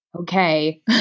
okay